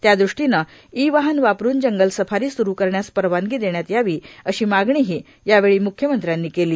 त्यादृष्टीने इ वाहन वापरुन जंगल सफारी सुरु करण्यास परवानगी देण्यात यावी अशी मागणीही यावेळी मुख्यमंत्र्यांनी केली